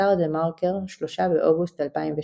באתר TheMarker, 3 באוגוסט 2007